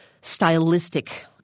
stylistic